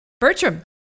Bertram